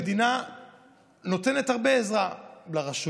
המדינה נותנת הרבה עזרה לרשויות,